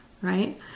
right